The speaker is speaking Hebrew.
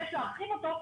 נבקש להרחיב אותו,